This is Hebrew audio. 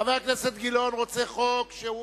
חבר הכנסת גילאון רוצה חוק שהוא